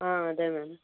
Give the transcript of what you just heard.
అదే మ్యామ్